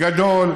גדול,